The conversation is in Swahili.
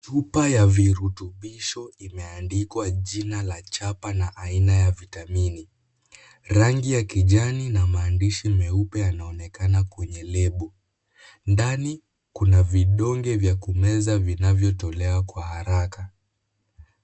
Chupa ya virutubisho imaendikwa jina la chapa na aina ya vitamini. Rangi ya kijani na maandishi meupe yanaonekana kwenye lebo. Ndani kuna vidonge vya kumeza vinavyotolewa kwa haraka.